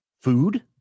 food